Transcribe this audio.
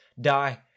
die